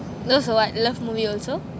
you love movie also